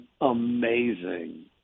amazing